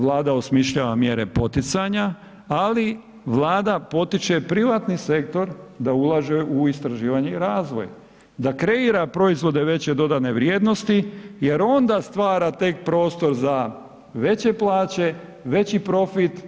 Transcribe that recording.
Vlada osmišljava mjere poticanja, ali Vlada potiče privatni sektor da ulaže u istraživanje i razvoj, da kreira proizvode veće dodane vrijednosti jer onda stvara tek prostor za veće plaće, veći profit.